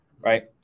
right